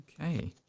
Okay